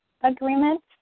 agreement